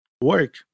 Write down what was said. work